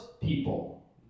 people